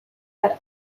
had